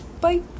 bye